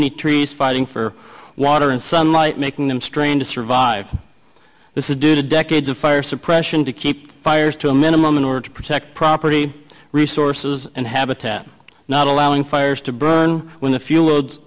many trees fighting for water and sunlight making them strain to survive this is due to decades of fire suppression to keep fires to a minimum in order to protect property resources and habitat not allowing fires to burn when the fuel